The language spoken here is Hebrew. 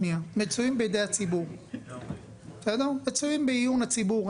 מצויים בידי הציבור, מצויים לעיון הציבור.